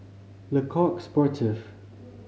Le Coq Sportif